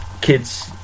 kids